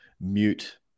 mute